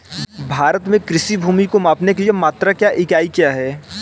भारत में कृषि भूमि को मापने के लिए मात्रक या इकाई क्या है?